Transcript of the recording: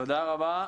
תודה רבה.